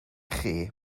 chi